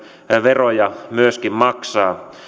veroja myöskin maksaa